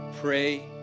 pray